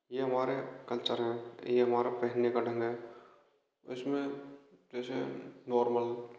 ये हमारे कल्चर मे हैं ये हमारे पहनने का ढंग है उसमें जैसे नॉर्मल